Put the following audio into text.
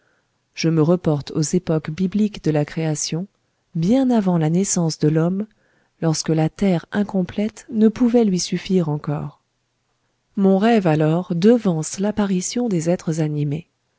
je me reporte aux époques bibliques de la création bien avant la naissance de l'homme lorsque la terre incomplète ne pouvait lui suffire encore mon rêve alors devance l'apparition des êtres animés